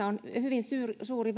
on hyvin suuri